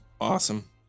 Awesome